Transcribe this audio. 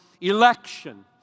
election